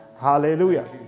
Hallelujah